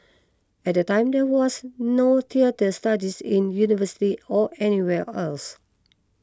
at that time there was no theatre studies in university or anywhere else